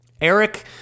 eric